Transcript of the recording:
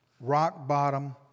rock-bottom